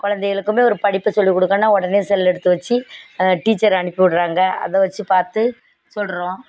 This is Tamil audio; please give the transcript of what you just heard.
குழந்தைகளுக்குமே ஒரு படிப்பு சொல்லிக் கொடுக்கணும்னால் உடனே செல்லெடுத்து வச்சு டீச்சர் அனுப்பிவிட்றாங்க அதை வைச்சு பார்த்து சொல்கிறோம்